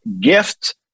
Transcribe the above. gift